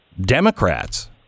Democrats